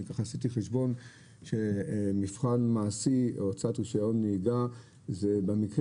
אני עשיתי חשבון שמבחן מעשי הוצאת רישיון נהיגה זה במקרה